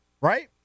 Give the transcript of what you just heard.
right